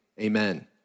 Amen